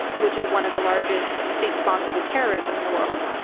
which is one of the largest state sponsors of terrorism in the world.